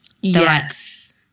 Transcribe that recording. yes